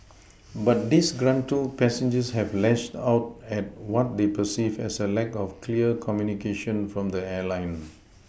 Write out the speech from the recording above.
but disgruntled passengers have lashed out at what they perceived as a lack of clear communication from the airline